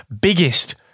biggest